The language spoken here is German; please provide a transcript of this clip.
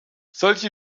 solche